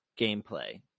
gameplay